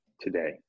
today